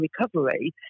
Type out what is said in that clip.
recovery